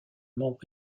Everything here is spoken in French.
membre